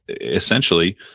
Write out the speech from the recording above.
essentially